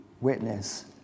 witness